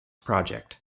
project